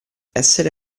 essere